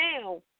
now